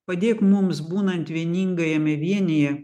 padėk mums būnant vieningajame vienyje